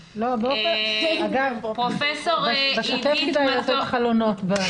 אגב, בשוטף כדאי לתת חלונות ---,